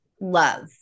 love